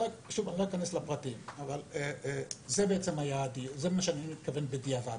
לזה אני מתכוון כשאני אומר "בדיעבד".